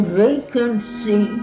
vacancy